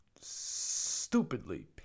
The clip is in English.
stupidly